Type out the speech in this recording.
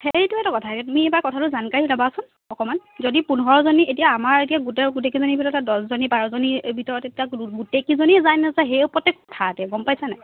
সেইটোৱেইটো কথা তুমি এবাৰ কথাটো জানকাৰী ল'বাছোন অকণমান যদি পোন্ধৰজনী এতিয়া আমাৰ এতিয়া গোটেই গোটেইকেইজনীৰ ভিতৰত এটা দহজনী বাৰজনীৰ ভিতৰত এতিয়া গোটেইকিজনীয়ে যায় নাযায় সেই ওপৰতে গম পাইছানে নাই